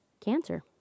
cancer